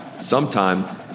sometime